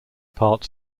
part